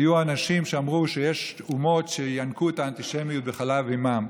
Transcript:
היו אנשים שאמרו שיש אומות שינקו את האנטישמיות עם חלב אימם,